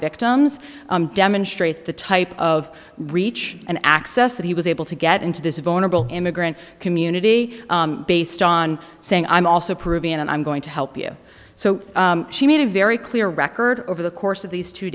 victims demonstrates the type of reach and access that he was able to get into this vulnerable immigrant community based on saying i'm also proven and i'm going to help you so she made a very clear record over the course of these two